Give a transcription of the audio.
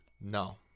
No